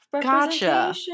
Gotcha